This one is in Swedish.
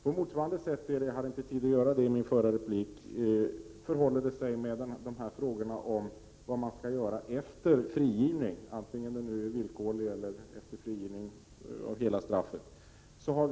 På motsvarande sätt förhåller det sig med frågorna om vad man skall göra efter frigivningen, vare sig den nu är villkorlig eller om hela straffet är avklarat.